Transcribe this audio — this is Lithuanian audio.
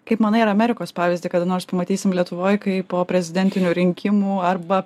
kaip manai ar amerikos pavyzdį kada nors pamatysim lietuvoj kai po prezidentinių rinkimų arba